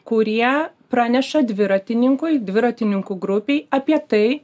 kurie praneša dviratininkui dviratininkų grupei apie tai